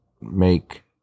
make